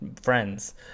friends